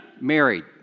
married